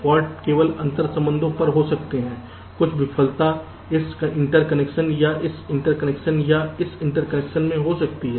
fault केवल अंतर्संबंधों पर हो सकते हैं कुछ विफलता इस इंटरकनेक्शन या इस इंटरकनेक्शन या इस इंटरकनेक्शन में हो सकती है